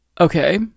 Okay